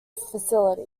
facility